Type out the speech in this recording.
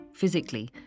physically